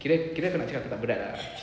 kira kira kau nak cakap tak berat ah